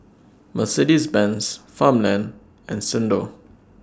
Mercedes Benz Farmland and Xndo